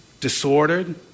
Disordered